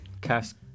cast